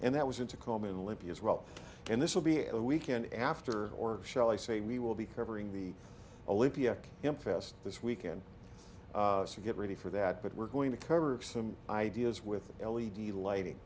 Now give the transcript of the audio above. and that was in tacoma in libya as well and this will be a weekend after or shall i say we will be covering the olympia infest this weekend to get ready for that but we're going to cover some ideas with l e d lighting